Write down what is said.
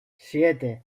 siete